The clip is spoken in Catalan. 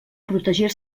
protegir